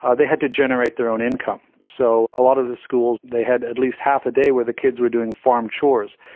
ah they had to generate their own income. so a lot of the schools, they had at least half a day where the kids were doing farm chores.